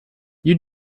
you